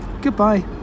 Goodbye